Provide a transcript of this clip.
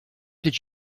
did